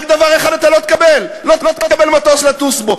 רק דבר אחד אתה לא תקבל, לא תקבל מטוס לטוס בו.